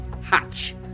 Hatch